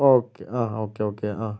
okay ആ okay okay ആ